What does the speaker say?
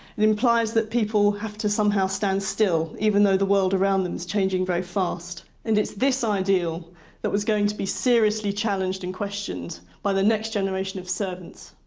it implies that people have to somehow stand still, even though the world around them is changing very fast. and it's this ideal that was going to be seriously challenged and questioned by the next generation of servants.